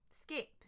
skip